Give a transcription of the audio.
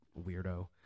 weirdo